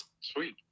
Sweet